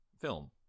film